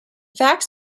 fax